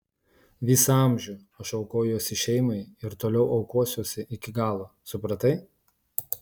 visą amžių aš aukojausi šeimai ir toliau aukosiuosi iki galo supratai